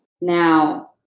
now